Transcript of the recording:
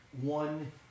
One